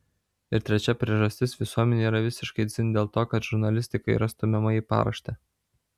ir trečia priežastis visuomenei yra visiškai dzin dėl to kad žurnalistika yra stumiama į paraštę